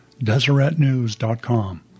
DeseretNews.com